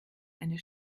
eine